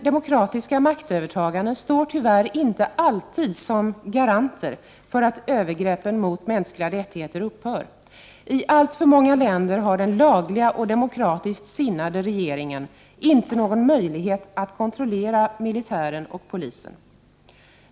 Demokratiska maktövertaganden står dock tyvärr inte alltid som garanter för att övergreppen mot mänskliga rättigheter upphör. I alltför många länder har den lagliga och demokratiskt sinnade regeringen inte någon möjlighet att kontrollera militären och polisen.